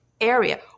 area